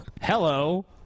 Hello